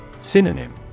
Synonym